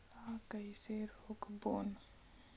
ला कइसे रोक बोन?